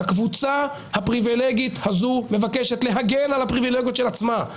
והקבוצה הפריווילגית הזו מבקשת להגן על הפריווילגיות של עצמה.